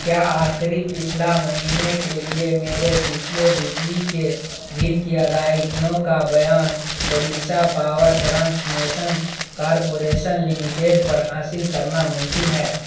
کیا آخری پچھلا مہینے کے لیے میرے پچھلے بجلی کے بل کی ادائیگیوں کا بیان Odisha power transmission corporation limited پر حاصل کرنا ممکن ہے